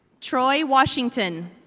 troy washington,